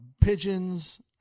pigeons